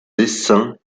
dessin